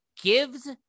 gives